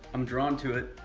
i'm drawn to it,